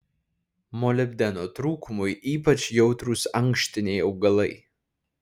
molibdeno trūkumui ypač jautrūs ankštiniai augalai